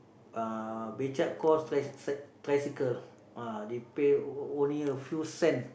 uh beca called tri~ tricycle ah they pay only a few cent